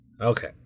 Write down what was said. Okay